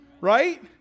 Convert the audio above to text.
Right